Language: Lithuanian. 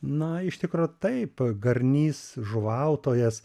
na iš tikro taip garnys žuvautojas